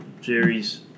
Jerry's